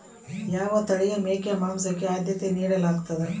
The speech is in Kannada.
ಯಾವ ತಳಿಯ ಮೇಕೆ ಮಾಂಸಕ್ಕೆ, ಆದ್ಯತೆ ನೇಡಲಾಗ್ತದ?